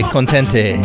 Contente